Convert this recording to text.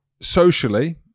socially